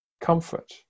comfort